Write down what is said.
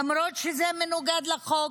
למרות שזה מנוגד לחוק,